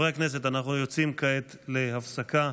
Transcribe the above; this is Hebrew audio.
לוחמינו מוכנים להמשך,